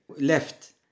left